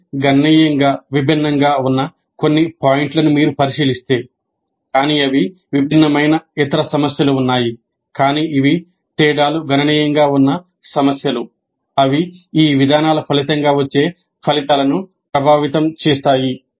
అవి గణనీయంగా విభిన్నంగా ఉన్న కొన్ని పాయింట్లను మీరు పరిశీలిస్తే అవి ఈ విధానాల ఫలితంగా వచ్చే ఫలితాలను ప్రభావితం చేస్తాయి